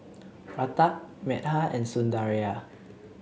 Pratap Medha and Sundaraiah